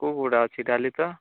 କେଉଁ କେଉଁ ଗୁଡ଼ା ଅଛି ଡାଲି ତ